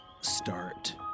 start